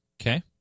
Okay